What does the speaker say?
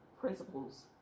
principles